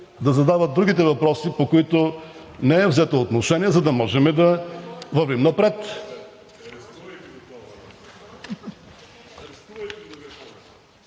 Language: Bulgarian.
да задават другите въпроси, по които не е взето отношение, за да можем да вървим напред.